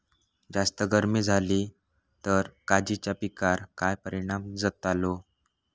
जास्त गर्मी जाली तर काजीच्या पीकार काय परिणाम जतालो?